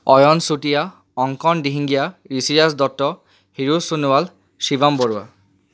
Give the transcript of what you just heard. Ayan Chutia Ankan Dihingia Rishiraj Dutta Hiruj Sonowal Shivam Barua